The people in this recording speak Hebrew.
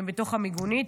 הם בתוך המיגונית,